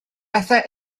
bethau